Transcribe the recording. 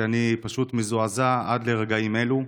ואני פשוט מזועזע עד לרגעים אלו.